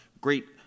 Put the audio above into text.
great